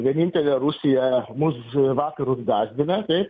vienintelė rusija mus vakarus gąsdina taip